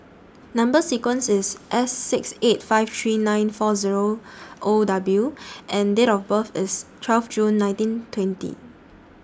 Number sequence IS S six eight five three nine four Zero O W and Date of birth IS twelve June nineteen twenty